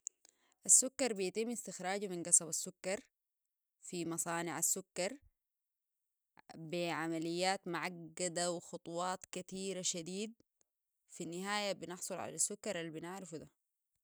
السكر بيتم استخراجو من قصب السكر في مصانع السكر بعمليات معقدة وخطوات كثيرة شديد في النهاية بنحصل على السكر اللي بنعرفه ده